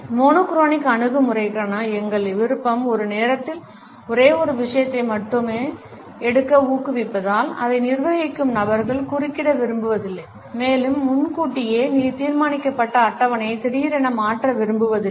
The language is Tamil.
மோனோ குரோனிக் அணுகுமுறைக்கான எங்கள் விருப்பம் ஒரு நேரத்தில் ஒரே ஒரு விஷயத்தை மட்டுமே எடுக்க ஊக்குவிப்பதால் அதை நிர்வகிக்கும் நபர்கள் குறுக்கிட விரும்புவதில்லை மேலும் முன்கூட்டியே தீர்மானிக்கப்பட்ட அட்டவணையை திடீரென மாற்ற விரும்புவதில்லை